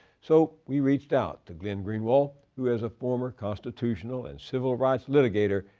so, we reached out to glenn greenwald, who, as a former constitutional and civil rights litigator,